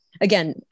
again